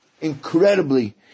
incredibly